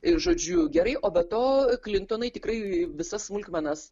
ir žodžiu gerai o be to klintonai tikrai visas smulkmenas